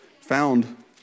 found